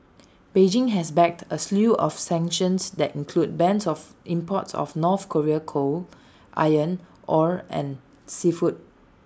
Beijing has backed A slew of sanctions that include bans on imports of north Korean coal iron ore and seafood